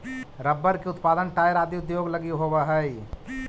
rubber के उत्पादन tyre आदि उद्योग लगी होवऽ हइ